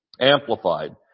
Amplified